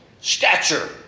stature